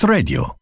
Radio